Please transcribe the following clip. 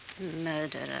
Murderer